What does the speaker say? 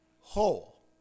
whole